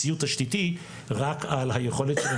מצויינות היא ערך עליון בחיי האקדמיה.